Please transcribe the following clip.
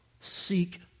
seek